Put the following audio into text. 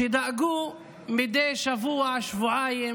שדאגו מדי שבוע-שבועיים